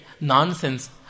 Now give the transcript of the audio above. nonsense